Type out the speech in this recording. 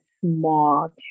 small